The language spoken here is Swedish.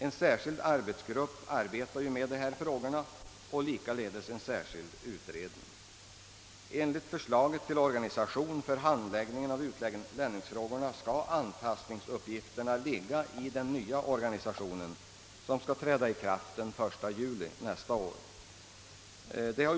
En särskild arbetsgrupp arbetar ju med dessa frågor liksom också en särskild utredning. Enligt förslaget till organisation av handläggningen av utlänningsfrågorna skall anpassningsuppgifterna handhas av den nya organisationen som skall träda i kraft den 1 juli nästa år.